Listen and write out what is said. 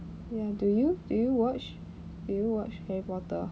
ya do you do you watch do you watch harry potter